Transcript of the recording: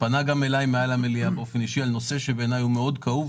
שפנה גם אליי מעל המליאה באופן אישי על נושא שבעיני הוא מאוד כאוב,